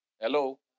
hello